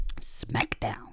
Smackdown